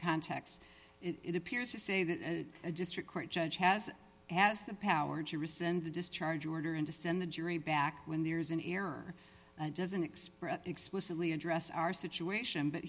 context it appears to say that a district court judge has has the power to rescind the discharge order in to send the jury back when there's an error and doesn't express explicitly address our situation but